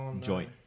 joint